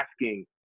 asking